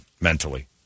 mentally